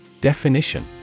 Definition